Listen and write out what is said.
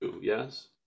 Yes